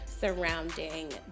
surrounding